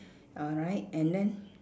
alright and then